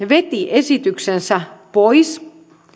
veti esityksensä pois